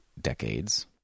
decades—